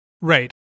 Right